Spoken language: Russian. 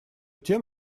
тем